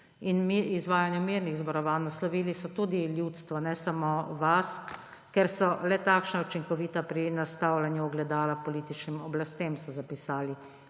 in izvajanju mirnih zborovanj. Naslovili so tudi ljudstvo, ne samo vas, ker so le takšna učinkovita pri nastavljanju ogledala političnem oblastem, so zapisali.